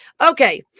Okay